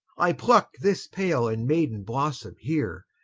i pluck this pale and maiden blossome here,